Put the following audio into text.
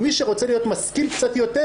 מי שרוצה להיות משכיל קצת יותר,